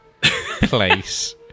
place